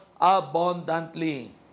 abundantly